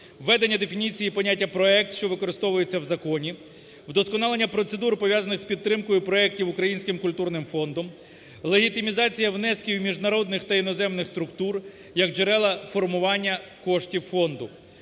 Введення дефініції поняття "проект", що використовується в законі, удосконалення процедур, пов'язаних з підтримкою проектів Українським культурним фондом, легітимізація внесків іноземних та міжнародних структур як джерела формування коштів фонду;